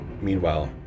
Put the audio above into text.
Meanwhile